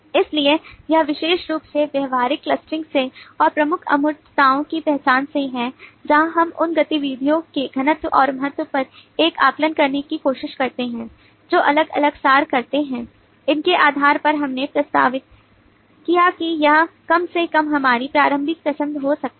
इसलिए यह विशेष रूप से व्यवहारिक क्लस्टरिंग से और प्रमुख अमूर्तताओं की पहचान से है जहां हम उन गतिविधियों के घनत्व और महत्व पर एक आकलन करने की कोशिश करते हैं जो अलग अलग सार करते हैं इनके आधार पर हमने प्रस्तावित किया कि यह कम से कम हमारी प्रारंभिक पसंद हो सकती है